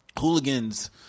hooligans